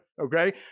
okay